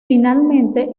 finalmente